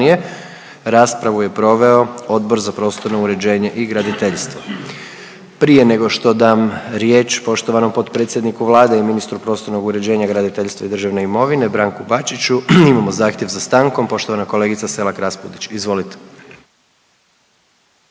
Raspravu je proveo Odbor za prostorno uređenje i graditeljstvo. Prije nego što dam riječ poštovanom potpredsjedniku Vlade i ministru prostornog uređenja, graditeljstva i državne imovine Branku Bačiću imamo zahtjev za stankom, poštovana kolegica Selak Raspudić. Izvolite.